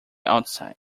outside